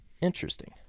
Interesting